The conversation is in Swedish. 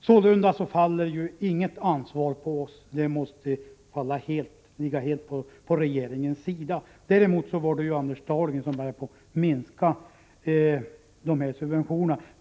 Sålunda faller inget ansvar på oss — det måste ligga helt på regeringen. Däremot var det ju Anders Dahlgren som började minska dessa subventioner.